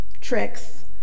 tricks